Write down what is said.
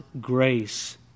grace